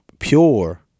Pure